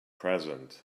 present